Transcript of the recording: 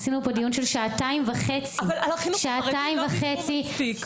עשינו פה דיון של שעתיים וחצי.) על החינוך החרדי לא דיברו מספיק.